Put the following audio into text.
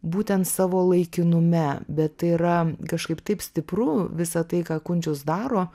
būtent savo laikinume bet tai yra kažkaip taip stipru visa tai ką kunčius daro